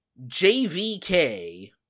JVK